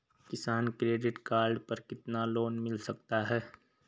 किसान credit card पर कितना लोंन मिल सकता है?